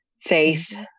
faith